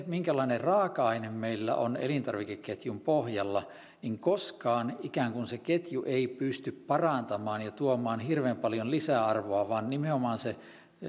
minkälainen raaka aine meillä on elintarvikeketjun pohjalla niin koskaan ikään kuin se ketju ei pysty parantamaan ja tuomaan hirveän paljon lisäarvoa vaan nimenomaan se